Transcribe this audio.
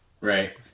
Right